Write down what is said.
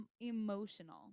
emotional